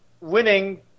winning